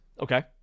okay